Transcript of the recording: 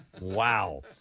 Wow